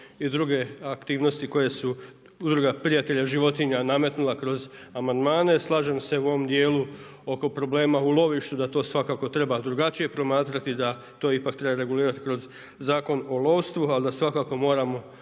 i druge aktivnosti koje su udruga „Prijatelja životinja“ nametnula kroz amandmane, slažem se u ovom dijelu oko problema u lovištu da to svakako treba drugačije promatrati, da to ipak treba regulirati kroz Zakon o lovstvu, ali da svakako moramo